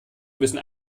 müssen